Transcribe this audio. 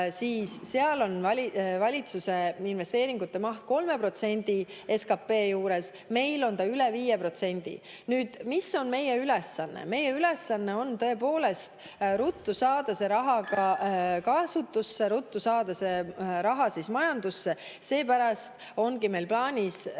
et neil on valitsuse investeeringute maht 3% SKT juures, meil on see üle 5%. Mis on meie ülesanne? Meie ülesanne on tõepoolest ruttu saada see raha ka kasutusse, ruttu saada see raha majandusse. Seepärast ongi meil plaanis